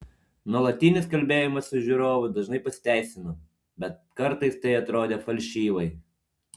nuolatinis kalbėjimas su žiūrovu dažnai pasiteisino bet kartais tai atrodė falšyvai